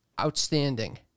outstanding